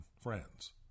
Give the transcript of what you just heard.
friends